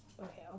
Okay